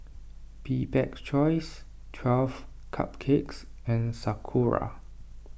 Bibik's Choice twelve Cupcakes and Sakura